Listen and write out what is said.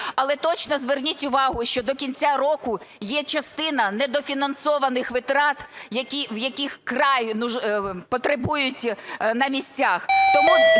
але точно зверніть увагу, що до кінця року є частина недофінансованих витрат, яких вкрай потребують на місцях.